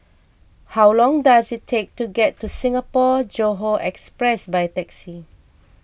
how long does it take to get to Singapore Johore Express by taxi